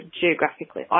geographically